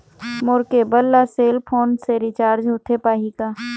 मोर cable ला cell phone से recharge होथे पाही का?